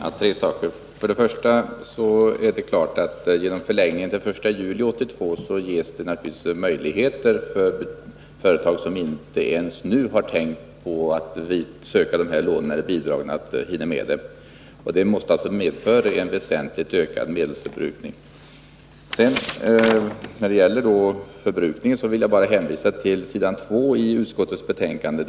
Herr talman! För det första är det klart att genom förlängningen till den 1 juli 1982 ges det möjligheter för företag som nu inte ens har tänkt på att söka lån eller bidrag att hinna med att göra detta. Det måste alltså medföra en väsentligt ökad medelsförbrukning. När det gäller förbrukningen vill jag bara hänvisa till vad som står på s. 2 i utskottets betänkande.